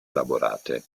elaborate